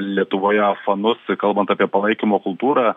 lietuvoje fanus kalbant apie palaikymo kultūrą